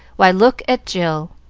why, look at jill.